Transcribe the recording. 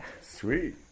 Sweet